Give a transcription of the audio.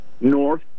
north